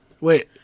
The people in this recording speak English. Wait